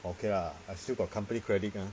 okay lah I still got company credit ah